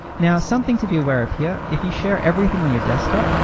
now something to be aware of here. if you share everything on your desktop,